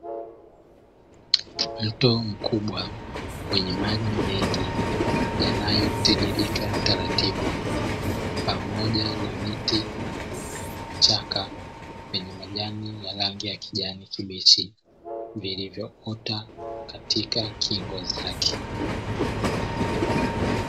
Mto mkubwa wenye maji mengi yanayotiririka taratibu pamoja na miti na vichaka vyenye majani ya rangi ya kijani kibichi, vilivyoota katika kingo zake.